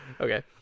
Okay